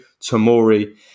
Tomori